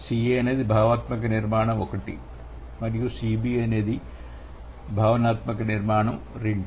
Ca అనేది భావాత్మక నిర్మాణం1 మరియు Cb అనేది భావనాత్మక నిర్మాణం2